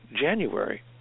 January